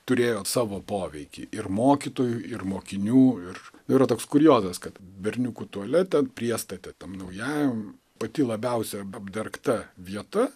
turėjo savo poveikį ir mokytojų ir mokinių ir yra toks kuriozas kad berniukų tualete priestate tam naujajam pati labiausia apdergta vieta